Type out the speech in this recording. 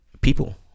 people